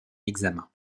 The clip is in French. examen